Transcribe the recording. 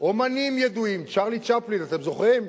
אמנים ידועים, צ'רלי צ'פלין, אתם זוכרים?